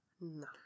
No